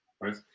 right